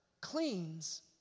cleans